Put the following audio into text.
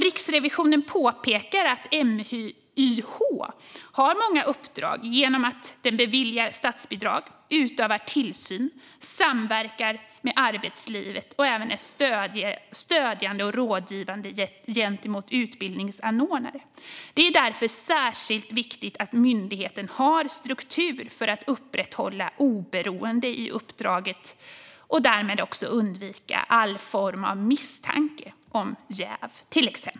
Riksrevisionen påpekar att MYH har många uppdrag genom att myndigheten beviljar statsbidrag, utövar tillsyn, samverkar med arbetslivet och även är stödjande och rådgivande gentemot utbildningsanordnare. Det är därför särskilt viktigt att myndigheten har struktur för att upprätthålla sitt oberoende i uppdraget och därmed också alla misstankar om jäv.